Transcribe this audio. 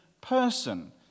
person